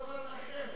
אותו הדבר כלפיכם: